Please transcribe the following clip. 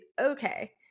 okay